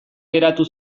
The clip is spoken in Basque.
geratu